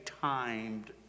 timed